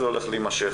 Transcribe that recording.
זה הולך להימשך,